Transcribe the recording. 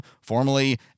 formerly